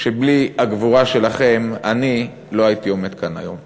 שבלי הגבורה שלכם אני לא הייתי עומד כאן היום.